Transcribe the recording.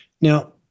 Now